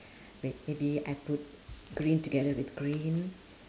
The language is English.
wait maybe I put green together with green